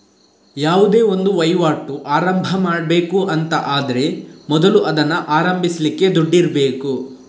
ಯಾವುದೇ ಒಂದು ವೈವಾಟು ಆರಂಭ ಮಾಡ್ಬೇಕು ಅಂತ ಆದ್ರೆ ಮೊದಲು ಅದನ್ನ ಆರಂಭಿಸ್ಲಿಕ್ಕೆ ದುಡ್ಡಿರ್ಬೇಕು